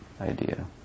idea